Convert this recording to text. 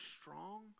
strong